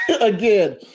again